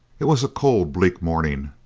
it was a cold, bleak morning.